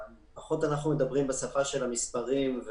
אנחנו פחות מדברים בשפה של המספרים,